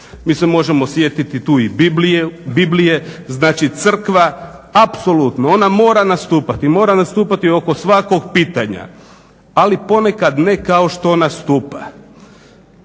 Mi se možemo sjetiti tu i Biblije. Znači, Crkva apsolutno, ona mora nastupati, mora nastupati oko svakog pitanja, ali ponekad ne kao što nastupa.